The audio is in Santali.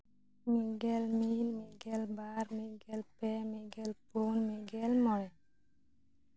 ᱢᱤᱫᱜᱮᱞ ᱢᱤᱫ ᱢᱤᱫᱜᱮᱞ ᱵᱟᱨ ᱢᱤᱫᱜᱮᱞ ᱯᱩᱱ ᱢᱤᱫᱜᱮᱞ ᱢᱚᱬᱮ